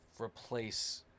replace